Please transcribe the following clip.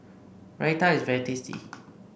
Raita is very tasty